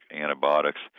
antibiotics